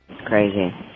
crazy